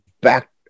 back